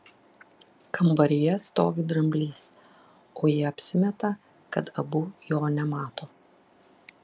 kambaryje stovi dramblys o jie apsimeta kad abu jo nemato